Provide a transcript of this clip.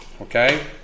okay